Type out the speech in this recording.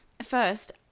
first